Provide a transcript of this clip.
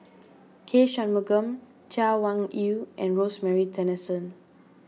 K Shanmugam Chay Weng Yew and Rosemary Tessensohn